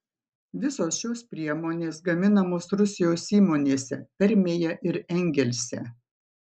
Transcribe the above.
visos šios priemonės gaminamos rusijos įmonėse permėje ir engelse